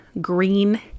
green